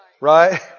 right